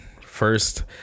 first